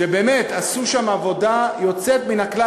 שבאמת עשו שם עבודה יוצאת מן הכלל.